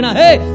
hey